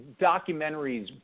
documentaries